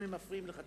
אם הם מפריעים לך,